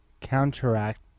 counteract